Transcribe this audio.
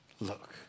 look